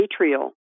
atrial